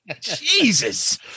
Jesus